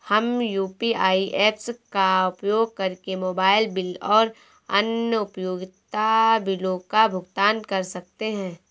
हम UPI apps का उपयोग करके मोबाइल बिल और अन्य उपयोगिता बिलों का भुगतान कर सकते हैं